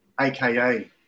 aka